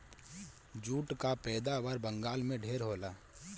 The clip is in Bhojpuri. जूट कअ पैदावार बंगाल में ढेर होला